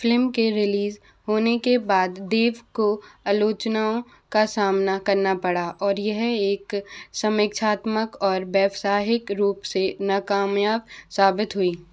film के release होने के बाद देव को आलोचनाओं का सामना करना पड़ा और यह एक समीक्षात्मक और व्यावसायिक रूप से नाकामयाब साबित हुई